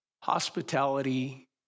Hospitality